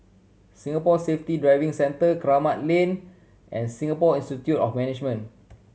Singapore Safety Driving Centre Kramat Lane and Singapore Institute of Management